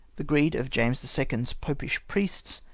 the greed of james the second's popish priests,